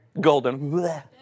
Golden